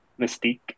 Mystique